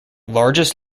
largest